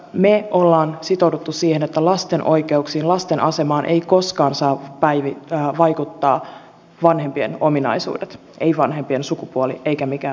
me olemme sitoutuneet siihen että lasten oikeuksiin lasten asemaan eivät koskaan saa vaikuttaa vanhempien ominaisuudet ei vanhempien sukupuoli eikä mikään muukaan